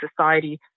society